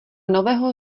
nového